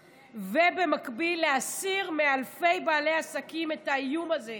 ובמקביל להסיר מאלפי בעלי עסקים את האיום הזה,